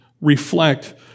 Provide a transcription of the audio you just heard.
reflect